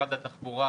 משרד התחבורה,